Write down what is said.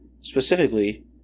specifically